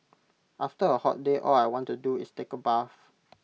after A hot day all I want to do is take A bath